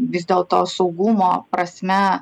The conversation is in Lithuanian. vis dėl to saugumo prasme